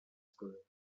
school